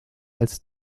als